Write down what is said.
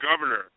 governor